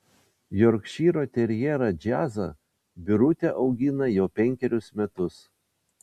jorkšyro terjerą džiazą birutė augina jau penkerius metus